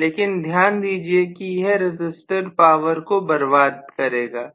लेकिन ध्यान दीजिए कि यह रजिस्टर पावर को बर्बाद करेगा